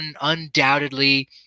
undoubtedly